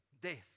death